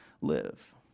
live